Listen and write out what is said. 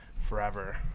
forever